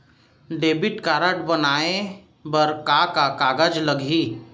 Debit card बनवाये बर का का कागज लागही?